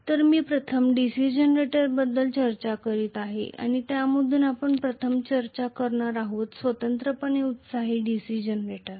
तर मी प्रथम DC जनरेटरंबद्दल चर्चा करणार आहे आणि त्यामधून आपण प्रथम चर्चा करणार आहोत स्वतंत्रपणे एक्साइटेड DC जनरेटर